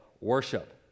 worship